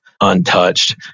untouched